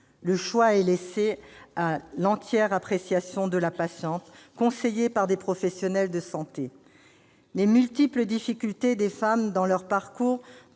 Le choix est laissé à l'entière appréciation de la patiente, conseillée par des professionnels de santé. Les multiples difficultés des femmes dans leur parcours